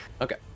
Okay